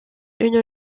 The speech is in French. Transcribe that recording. une